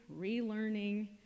relearning